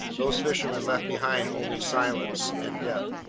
those fishermen left behind only silence and death.